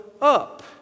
up